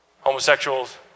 homosexuals